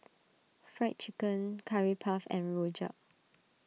Fried Chicken Curry Puff and Rojak